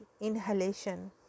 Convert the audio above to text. inhalation